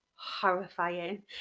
Horrifying